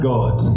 God